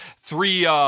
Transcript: three